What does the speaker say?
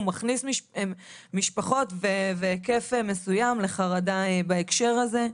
הוא מכניס משפחות בהיקף מסוים לחרדה בהקשר הזה.